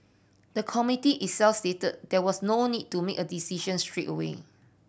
the Committee itself stated that there was no need to make a decision straight away